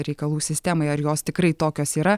reikalų sistemai ar jos tikrai tokios yra